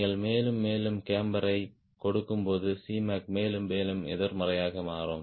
நீங்கள் மேலும் மேலும் கேம்பர் ஐக் கொடுக்கும்போது Cmac மேலும் மேலும் எதிர்மறையாக மாறும்